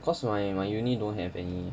cause my my uni don't have any